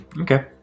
Okay